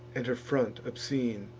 and her front obscene